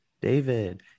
david